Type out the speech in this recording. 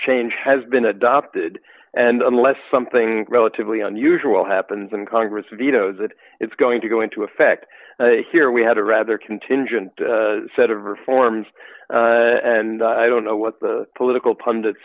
change has been adopted and unless something relatively unusual happens and congress vetoes it it's going to go into effect here we had a rather contingent set of reforms and i don't know what the political pundit